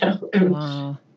Wow